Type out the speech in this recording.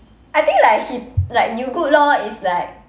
I think like he like you good lor is like